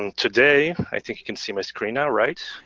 and today, i think you can see my screen now, right?